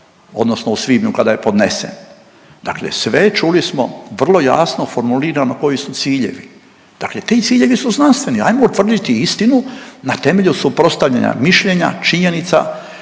odnosno u svibnju kada je podnesen, dakle, sve čuli smo vrlo jasno formulirano koji su ciljevi. Dakle, ti ciljevi su znanstveni. Ajmo utvrditi istinu na temelju suprotstavljanja mišljenja, činjenica